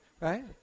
right